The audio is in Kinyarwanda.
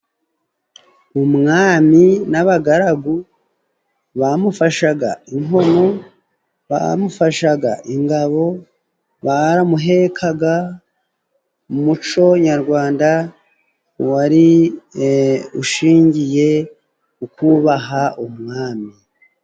Umwami n'abagaragu bamufashaga inkono, bamufashaga ingabo, baramuhekaga umuco Nyarwanda wari ushingiye ukubaha umwami.